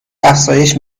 افزایش